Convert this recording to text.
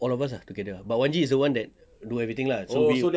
all of us ah together but wan G is the one that do everything lah so